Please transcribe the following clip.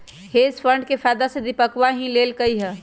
hedge fund के फायदा तो दीपकवा ही लेल कई है